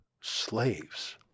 slaves